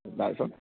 তাৰপিছত